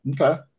Okay